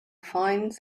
finds